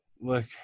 look